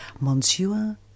Monsieur